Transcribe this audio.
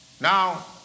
Now